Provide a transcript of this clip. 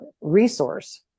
resource